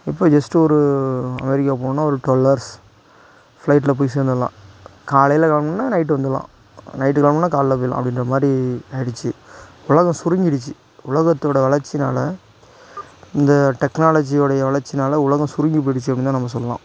இப்போ ஜஸ்ட் ஒரு அமெரிக்கா போகணுன்னா ஒரு ட்வொல் ஹார்ஸ் ஃப்லைட்டில் போய் சேர்ந்துட்லாம் காலையில் கிளம்புனோன்னா நைட்டு வந்துடலாம் நைட் கிளம்புனோன்னா காலைல போயிடலாம் அப்படின்ற மாதிரி ஆகிடுச்சி உலகம் சுருங்கிடுச்சி உலகத்தோட வளர்ச்சினால் இந்த டெக்னாலஜியோடைய வளர்ச்சினால உலகம் சுருங்கி போயிடுச்சி அப்டினு தான் நம்ம சொல்லலாம்